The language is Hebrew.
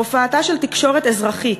הופעתה של תקשורת אזרחית,